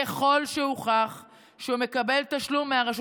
ככל שהוכח שהוא מקבל תשלום מהרשות